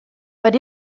but